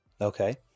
Okay